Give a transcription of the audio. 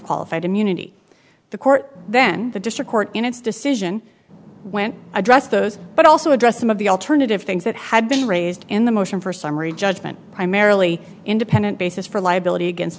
qualified immunity the court then the district court in its decision when addressed those but also addressed some of the alternative things that have been raised in the motion for summary judgment primarily independent basis for liability against